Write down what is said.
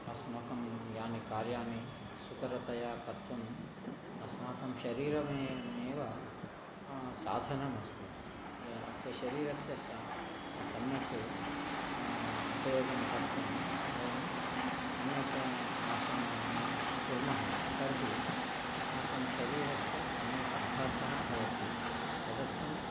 अस्माकं यानि कार्याणि सुकरतया कर्तुम् अस्माकं शरीरमेव साधनमस्ति अस्य शरीरस्य स सम्यक् उपयोगं कर्तुं वयं सम्यक् आसनानि कुर्मः तर्हि अस्माकं शरीरस्य सम्यक् अभ्यासः भवति तदर्थं